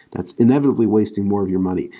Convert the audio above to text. that's inevitably wasting more of your money.